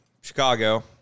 Chicago